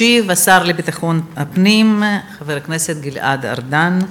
ישיב השר לביטחון הפנים חבר הכנסת גלעד ארדן.